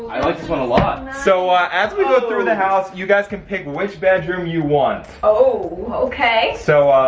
i like this one a lot. so as we go through the house, you guys can pick which bedroom you want. oh, okay. so,